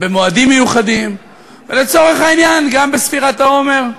במועדים מיוחדים, ולצורך העניין, גם בספירת העומר.